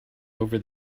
over